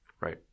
right